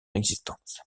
existence